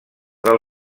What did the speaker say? del